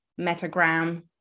Metagram